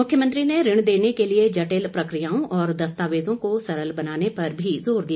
मुख्यमंत्री ने ऋण देने के लिए जटिल प्रकियाओं और दस्तावेजों को सरल बनाने पर भी जोर दिया